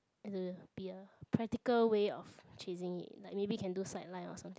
be a practical way of chasing it like maybe can do sideline or something